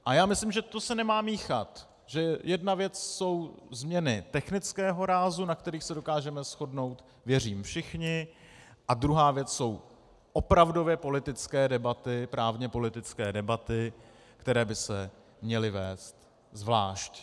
A já myslím, že to se nemá míchat, že jedna věc jsou změny technického rázu, na kterých se dokážeme shodnout, věřím, všichni, a druhá věc jsou opravdově politické debaty, právněpolitické debaty, které by se měly vést zvlášť.